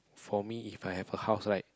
for me If I have a house right